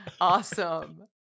Awesome